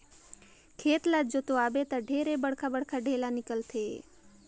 खेत ल जोतवाबे त ढेरे बड़खा बड़खा ढ़ेला निकलथे